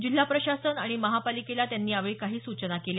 जिल्हा प्रशासन आणि महापालिकेला त्यांनी यावेळी काही सूचना केल्या